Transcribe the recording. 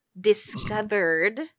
discovered